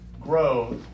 growth